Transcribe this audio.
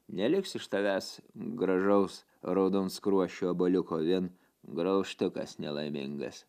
neliks iš tavęs gražaus raudonskruosčio obuoliuko vien graužtukas nelaimingas